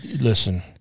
Listen